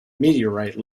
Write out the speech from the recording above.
meteorite